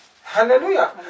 Hallelujah